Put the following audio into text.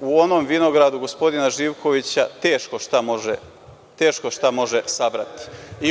u onom vinogradu gospodina Živkovića teško šta može sabrati.